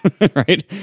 right